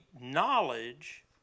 knowledge